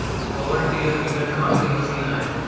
power tiller बिकट काम के मसीन आय